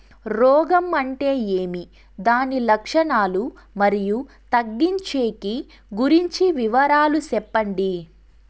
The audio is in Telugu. రోగం అంటే ఏమి దాని లక్షణాలు, మరియు తగ్గించేకి గురించి వివరాలు సెప్పండి?